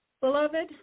beloved